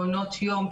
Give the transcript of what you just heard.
מעונות יום,